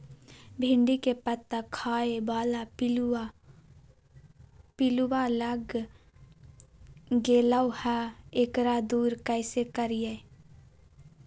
भिंडी के पत्ता खाए बाला पिलुवा लग गेलै हैं, एकरा दूर कैसे करियय?